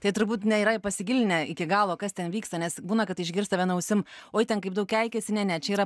tai turbūt nėra pasigilinę iki galo kas ten vyksta nes būna kad išgirsta viena ausim oi ten kaip daug keikiasi ne ne čia yra